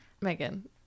Megan